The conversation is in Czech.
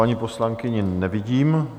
Paní poslankyni nevidím...